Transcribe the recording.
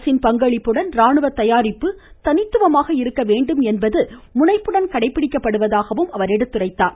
அரசின் பங்களிப்புடன் ராணுவ தயாரிப்பு தனித்துவமாக இருக்க வேண்டும் என்பது முனைப்புடன் கடைபிடிக்கப்படுவதாகவும் எடுத்துரைத்தார்